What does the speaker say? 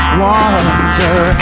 wonder